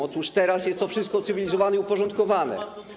Otóż teraz jest to wszystko ucywilizowane i uporządkowane.